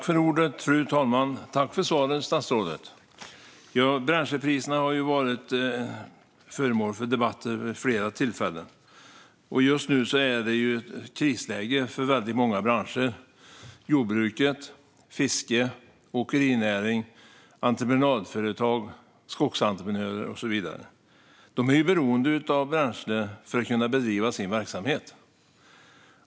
Fru talman! Bränslepriserna har varit föremål för debatt vid flera tillfällen. Just nu råder krisläge för väldigt många branscher: jordbruk, fiske, åkerinäring, entreprenadföretag, skogsentreprenörer och så vidare. De är beroende av bränsle för att kunna bedriva sin verksamhet.